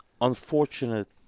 unfortunate